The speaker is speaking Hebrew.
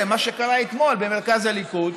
למה שקרה אתמול במרכז הליכוד,